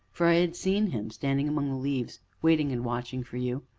for i had seen him standing among the leaves, waiting and watching for you.